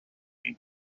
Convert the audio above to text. and